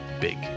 big